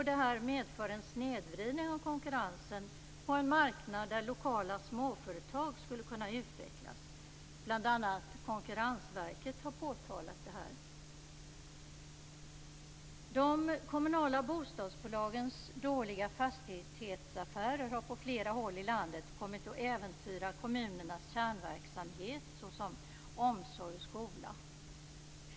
Detta medför en snedvridning av konkurrensen på en marknad där lokala småföretag skulle kunna utvecklas. Bl.a. Konkurrensverket har påtalat detta. De kommunala bostadsbolagens dåliga fastighetsaffärer har på flera håll i landet kommit att äventyra kommunernas kärnverksamhet såsom omsorg och skola.